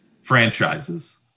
franchises